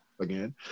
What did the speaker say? again